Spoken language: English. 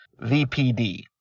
VPD